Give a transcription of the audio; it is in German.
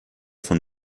vom